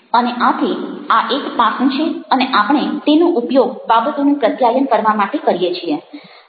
અને આથી આ એક પાસું છે અને આપણે તેનો ઉપયોગ બાબતોનું પ્રત્યાયન કરવા માટે કરીએ છીએ